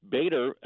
Bader